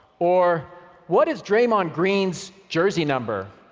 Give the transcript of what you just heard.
or what is draymond green's jersey number?